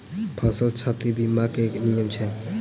फसल क्षति बीमा केँ की नियम छै?